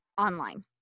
online